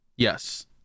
Yes